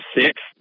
six